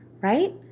right